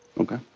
okay.